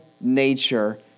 nature